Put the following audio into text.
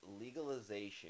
legalization